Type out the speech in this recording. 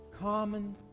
Common